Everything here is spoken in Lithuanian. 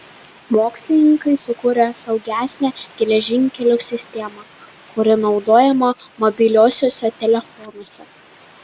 mokslininkai sukūrė saugesnę geležinkelių sistemą kuri naudojama mobiliuosiuose telefonuose